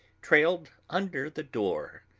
trailed under the door,